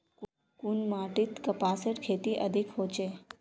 कुन माटित कपासेर खेती अधिक होचे?